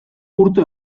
urte